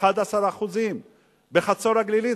11%. בחצור-הגלילית,